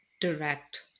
direct